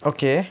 okay